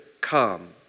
come